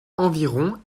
environ